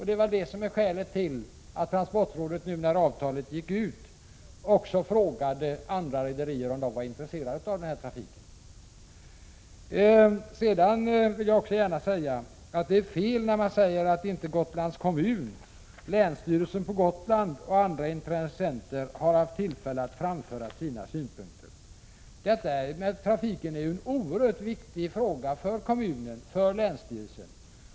Det var skälet till att transportrådet, nu när — 2 februari 1987 avtalet gick ut, också frågade andra rederier om de var intresserade av denna Ne Om det nya avtalet om afik. Gotlandstrafiken Jag vill också säga att det är fel när man säger att Gotlands kommun, länsstyrelsen på Gotland och andra intressenter inte har haft tillfälle att framföra sina synpunkter. Detta med trafiken är ju en oerhört viktig fråga för kommunen och länsstyrelsen.